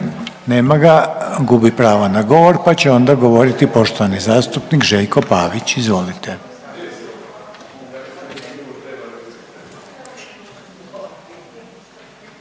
Nema ga. Gubi pravo na govor. Pa će onda govoriti poštovani zastupnik Željko Pavić. Izvolite.